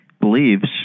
believes